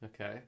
Okay